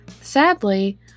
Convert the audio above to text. Sadly